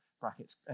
brackets